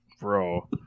bro